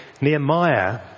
Nehemiah